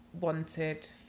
wanted